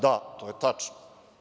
Da, to je tačno.